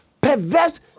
perverse